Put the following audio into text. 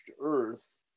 Earth